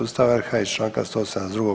Ustava RH i Članka 172.